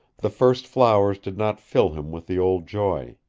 the first flowers did not fill him with the old joy.